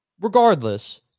Regardless